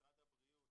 משרד הבריאות,